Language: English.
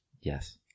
Yes